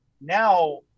now